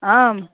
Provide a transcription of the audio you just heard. आं